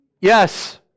yes